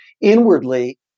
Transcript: inwardly